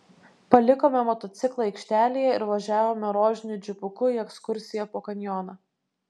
palikome motociklą aikštelėje ir važiavome rožiniu džipuku į ekskursiją po kanjoną